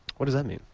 what does that mean?